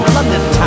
London